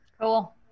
Cool